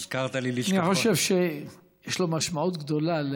אני חושב שיש לו משמעות גדולה.